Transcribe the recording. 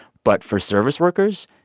but for service workers,